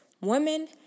Women